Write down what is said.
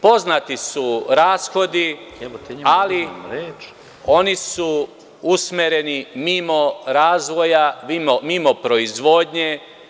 Poznati su rashodi, ali oni su usmereni mimo razvoja, mimo proizvodnje.